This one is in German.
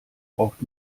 braucht